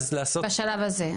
בשלב הזה.